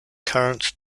currents